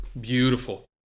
Beautiful